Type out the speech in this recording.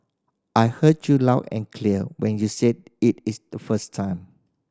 I heard you loud and clear when you said it is the first time